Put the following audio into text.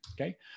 Okay